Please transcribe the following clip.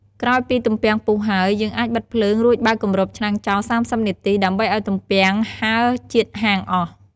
ក្រោយពីទំពាំងពុះហើយ យើងអាចបិទភ្លើង រួចបើកគំរបឆ្នាំងចោល ៣០នាទី ដើម្បីឱ្យទំពាំងហើរជាតិហាងអស់។